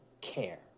care